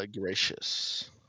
gracious